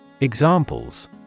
Examples